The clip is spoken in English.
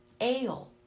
ale